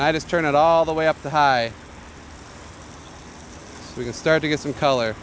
i just turn it all the way up the high we can start to get some color